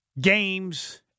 games